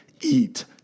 eat